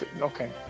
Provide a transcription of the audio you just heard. okay